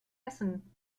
essen